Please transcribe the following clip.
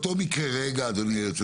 גם צריך